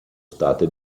state